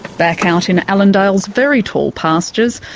back out in allendale's very tall pastures,